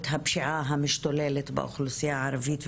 הפשיעה המשתוללת באוכלוסייה הערבית,